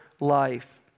life